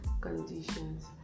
conditions